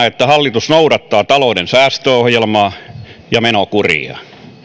että hallitus noudattaa talouden säästöohjelmaa ja menokuria